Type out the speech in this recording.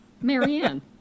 Marianne